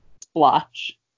splotch